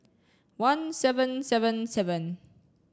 one seven seven seven